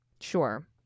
Sure